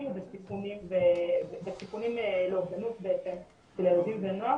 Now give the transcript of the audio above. ובסיכונים לאובדנות של ילדים ונוער.